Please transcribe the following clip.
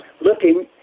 Looking